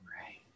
Right